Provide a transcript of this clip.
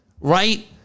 Right